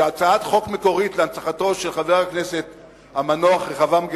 שהצעת החוק המקורית להנצחתו של חבר הכנסת המנוח רחבעם,